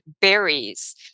berries